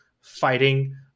fighting